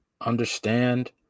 understand